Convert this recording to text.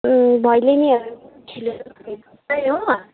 अँ भैलेनीहरू